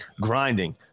grinding